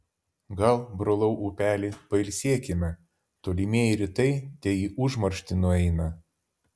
gal brolau upeli pailsėkime tolimieji rytai te į užmarštį nueina